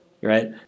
right